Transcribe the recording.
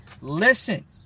Listen